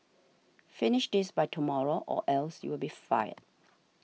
finish this by tomorrow or else you'll be fired